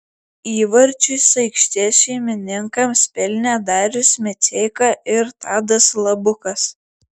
įvarčius aikštės šeimininkams pelnė darius miceika ir tadas labukas